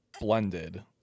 blended